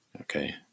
Okay